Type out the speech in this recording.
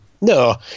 No